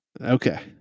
Okay